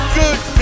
good